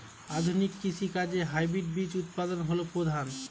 আধুনিক কৃষি কাজে হাইব্রিড বীজ উৎপাদন হল প্রধান